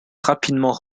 rapidement